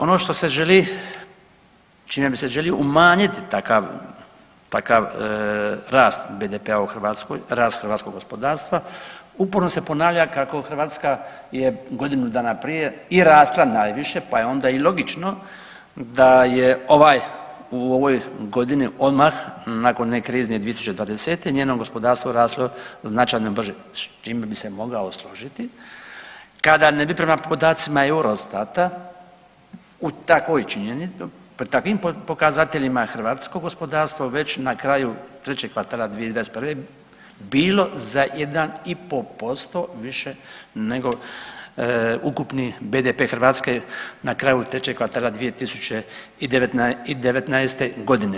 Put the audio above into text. Ono što se želi, čime se želi umanjiti takav, takav rast BDP-a u Hrvatskoj, rast hrvatskog gospodarstva uporno se ponavlja kako Hrvatska je godinu dana prije i rasla najviše pa je onda i logično da je ovaj u ovoj godini odmah nakon one krizne 2020. njeno gospodarstvo raslo značajno brže s čime bi se mogao služiti kada ne bi prema podacima Eurostata u takvoj …/nerazumljivo/… takvim pokazateljima hrvatsko gospodarstvo već na kraju trećeg kvartala 2021. bilo za 1,5% više nego ukupni BDP Hrvatske na kraju trećeg kvartala i 2019. godine.